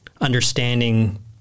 understanding